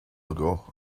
ago